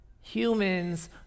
humans